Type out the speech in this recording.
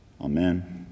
Amen